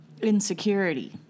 insecurity